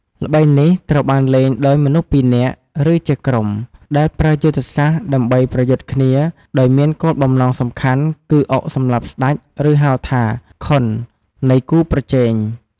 ល្បែងនេះត្រូវបានលេងដោយមនុស្សពីរនាក់ ឬជាក្រុម ដែលប្រើយុទ្ធសាស្ត្រដើម្បីប្រយុទ្ធគ្នាដោយមានគោលបំណងសំខាន់គឺអុកសម្លាប់ស្ដេច ឬហៅថា ខុន នៃគូប្រជែង។